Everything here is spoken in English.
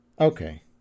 Okay